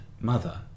mother